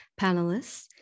panelists